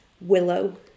Willow